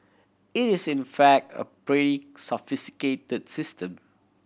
it is in fact a prey sophisticated the system